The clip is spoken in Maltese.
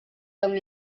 dawn